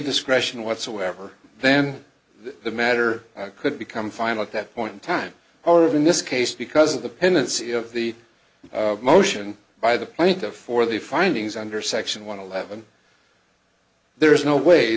discretion whatsoever then the matter could become final at that point in time or of in this case because of the pendency of the motion by the plaintiff or the findings under section one eleven there is no